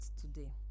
today